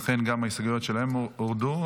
ולכן גם ההסתייגויות שלהם הורדו.